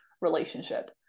relationship